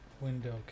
Window